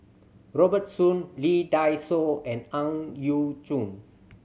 Robert Soon Lee Dai Soh and Ang Yau Choon